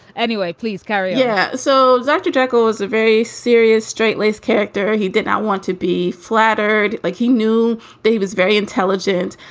anyway, please carry yeah. so dr. jekyll is a very serious straight-laced character. he did not want to be flattered, like he knew that he was very intelligent,